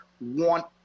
want